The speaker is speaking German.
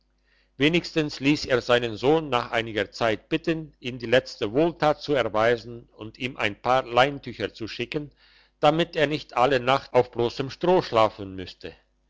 wenigstens liess er seinen sohn nach einiger zeit bitten ihm die letzte wohltat zu erweisen und ihm ein paar leintücher zu schicken damit er nicht alle nacht auf blossem stroh schlafen müsste